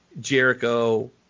Jericho